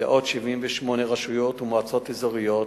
לעוד 78 רשויות ומועצות אזוריות,